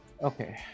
Okay